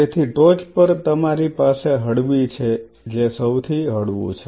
તેથી ટોચ પર તમારી પાસે હળવી છે જે સૌથી હળવું છે